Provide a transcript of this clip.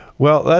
well,